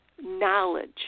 knowledge